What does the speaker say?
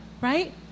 Right